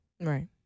Right